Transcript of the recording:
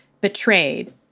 betrayed